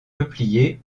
peupliers